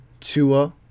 Tua